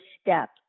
step